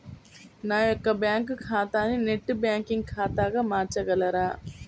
నా యొక్క బ్యాంకు ఖాతాని నెట్ బ్యాంకింగ్ ఖాతాగా మార్చగలరా?